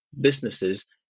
businesses